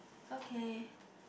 okay